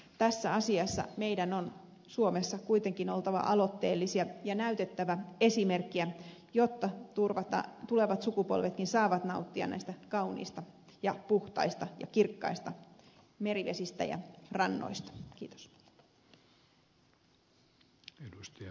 tässä asiassa meidän on suomessa kuitenkin oltava aloitteellisia ja näytettävä esimerkkiä jotta tulevatkin sukupolvet saavat nauttia näistä kauniista ja puhtaista ja kirkkaista merivesistä ja rannoista